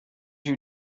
you